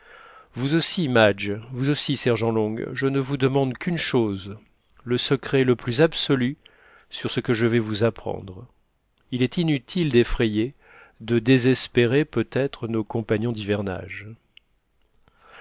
vous aussi madge vous aussi sergent long je ne vous demande qu'une chose le secret le plus absolu sur ce que je vais vous apprendre il est inutile d'effrayer de désespérer peut-être nos compagnons d'hivernage